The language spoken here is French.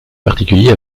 particulier